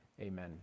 Amen